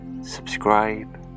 subscribe